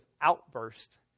outburst